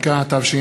(דחיית תחילה), התשע"ה